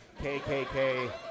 KKK